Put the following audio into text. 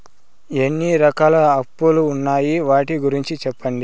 ఎన్ని రకాల అప్పులు ఉన్నాయి? వాటి గురించి సెప్పండి?